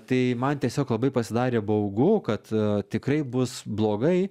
tai man tiesiog labai pasidarė baugu kad tikrai bus blogai